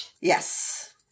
Yes